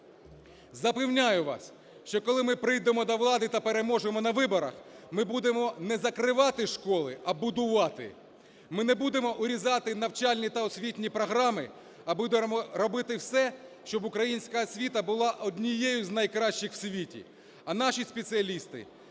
Запевняю вас, що коли ми прийдемо до влади та переможемо на виборах, ми будемо не закривати школи, а будувати. Ми не будемо урізати навчальні та освітні програми, а будемо робити все, щоб українська освіта була однією з найкращих у світі, а наші спеціалісти